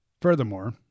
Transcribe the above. Furthermore